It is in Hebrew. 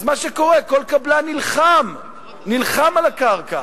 אז מה שקורה, כל קבלן נלחם על הקרקע